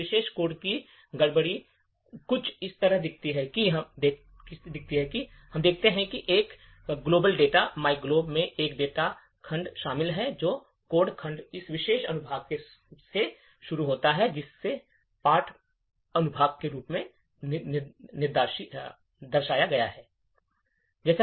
इस विशेष कोड की गड़बड़ी कुछ इस तरह दिखती है हम देखते हैं कि इस वैश्विक डेटा myglob में एक डेटा खंड शामिल है और कोड खंड इस विशेष अनुभाग से शुरू होते हैं जिसे पाठ अनुभाग के रूप में दर्शाया जाता है